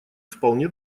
вполне